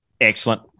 Excellent